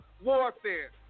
warfare